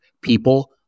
people